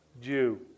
Jew